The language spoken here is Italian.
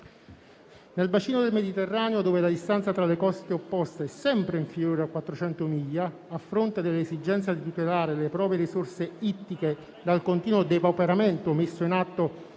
Nel bacino del Mediterraneo, dove la distanza tra le cose opposte è sempre inferiore a 400 miglia, a fronte dell'esigenza di tutelare le proprie risorse ittiche dal continuo depauperamento messo in atto